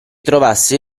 trovasse